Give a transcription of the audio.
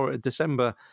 December